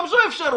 גם זו אפשרות,